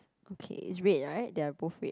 okay it's red right they are both red